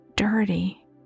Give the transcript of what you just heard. dirty